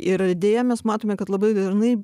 ir deja mes matome kad labai dažnai